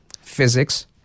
physics